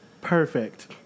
Perfect